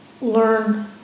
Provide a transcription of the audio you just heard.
learn